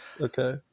Okay